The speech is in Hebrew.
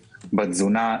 בתזונה,